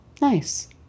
Nice